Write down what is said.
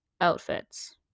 outfits